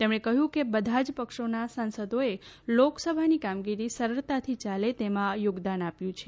તેમણે કહ્યું કે બધા જ પક્ષોના સાંસદોએ લોકસભાની કામગીરી સરળતાથી યાલે તેમાં યોગદાન આપ્યું છે